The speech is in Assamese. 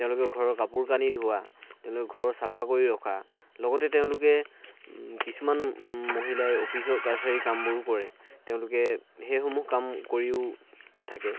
তেওঁলোকে ঘৰৰ কাপোৰ কানি ধোৱা তেওঁলোকে ঘৰ চাফা কৰি ৰখা লগতে তেওঁলোকে কিছুমান মহিলাই অফিচ কাছাৰীৰ কামবোৰো কৰে তেওঁলোকে সেইসমূহ কাম কৰিও থাকে